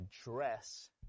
address